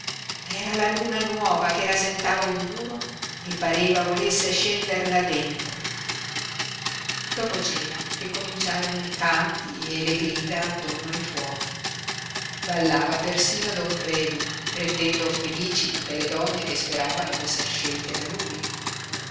era la luna nuova che rasentava il muro e pareva volesse scender là dentro dopo cena ricominciarono i canti e le grida attorno ai fuochi ballava persino don predu rendendo felici tutte le donne che speravano d'esser scelte da lui